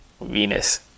venus